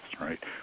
right